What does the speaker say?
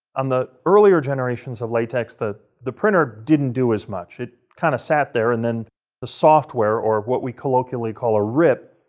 on the earlier generations of latex, the the printer didn't do as much. it kind of sat there, and then the software, or what we colloquially call a rip,